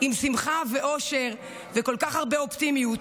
עם שמחה ואושר וכל כך הרבה אופטימיות.